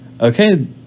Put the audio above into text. Okay